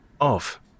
off